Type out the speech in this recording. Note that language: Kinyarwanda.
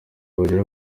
bagera